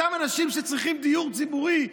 אותם אנשים שצריכים דיור ציבורי,